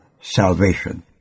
salvation